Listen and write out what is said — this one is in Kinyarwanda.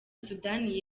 sudani